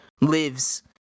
lives